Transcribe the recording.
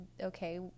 okay